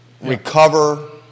recover